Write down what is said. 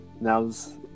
now's